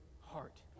heart